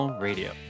Radio